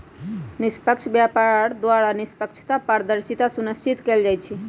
निष्पक्ष व्यापार द्वारा निष्पक्षता, पारदर्शिता सुनिश्चित कएल जाइ छइ